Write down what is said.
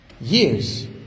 Years